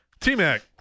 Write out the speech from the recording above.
T-Mac